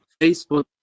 Facebook